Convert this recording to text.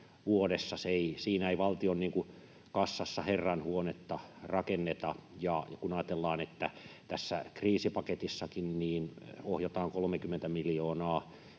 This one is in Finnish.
siinä ei valtion kassassa herran huonetta rakenneta. Kun ajatellaan, että tässä kriisipaketissakin ohjataan 30 miljoonaa